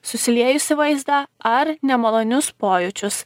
susiliejusį vaizdą ar nemalonius pojūčius